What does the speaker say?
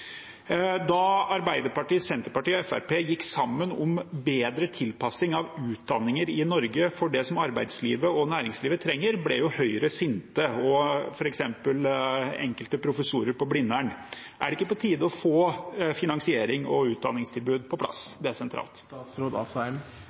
Da Arbeiderpartiet, Senterpartiet og Fremskrittspartiet gikk sammen om bedre tilpassing av utdanninger i Norge til det som arbeidslivet og næringslivet trenger, ble Høyre sinte, og det ble også f.eks. enkelte professorer på Blindern. Er det ikke på tide å få finansiering og utdanningstilbud desentralt på plass?